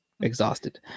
exhausted